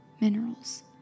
minerals